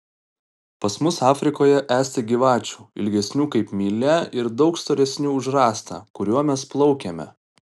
pas mus afrikoje esti gyvačių ilgesnių kaip mylia ir daug storesnių už rąstą kuriuo mes plaukiame